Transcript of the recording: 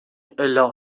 الا